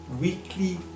weekly